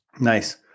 Nice